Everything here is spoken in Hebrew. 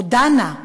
או דנה,